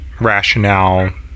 rationale